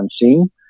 unseen